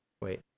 Wait